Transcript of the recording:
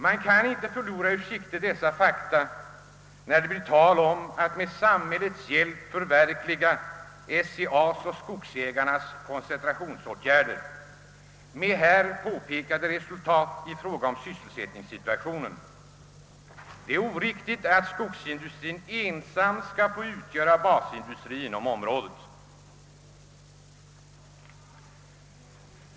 Man kan inte förlora dessa fakta ur sikte när det blir tal om att med samhällets hjälp förverkliga SCA:s och skogsägarnas <:koncentrationsåtgärder med här påpekade resultat i fråga om syselsättningssituationen. Det är oriktigt att skogsindustrien ensam skall få utgöra basindustri inom området.